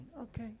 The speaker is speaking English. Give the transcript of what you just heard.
Okay